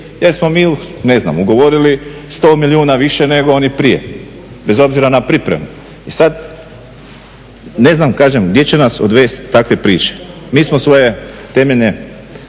jer smo mi ne znam ugovorili 100 milijuna više nego oni prije bez obzira na pripremu. I sad, ne znam kažem gdje će nas odvest takve priče. Mi smo svoje temeljne